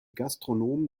gastronomen